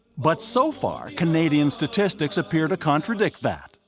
but so far, canadian statistics appear to contradict that.